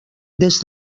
des